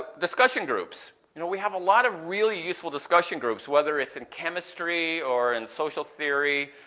discussion groups. you know we have a lot of really useful discussion groups, whether it's in chemistry or in social theory,